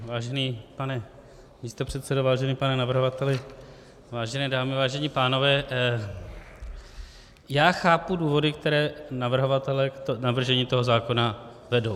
Vážený pane místopředsedo, vážený pane navrhovateli, vážené dámy, vážení pánové, já chápu důvody, které navrhovatele k navržení toho zákona vedou.